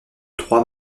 trois